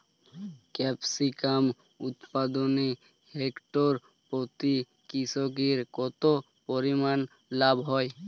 Capsicum উৎপাদনে hectare প্রতি কৃষকের কত পরিমান লাভ হয়?